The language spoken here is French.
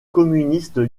communisme